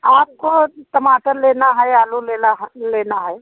आपको टमाटर लेना है आलू लेना है लेना है